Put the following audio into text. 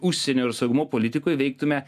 užsienio ir saugumo politikoj veiktume